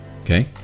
Okay